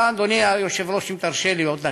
אדוני היושב-ראש, אם תרשה לי עוד דקה.